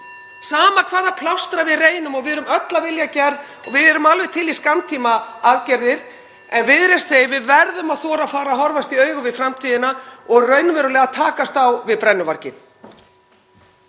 sama hvaða plástra við reynum að nota. Við erum öll af vilja gerð (Forseti hringir.) og við erum alveg til í skammtímaaðgerðir en Viðreisn segir: Við verðum að þora að fara að horfast í augu við framtíðina og raunverulega takast á við brennuvarginn.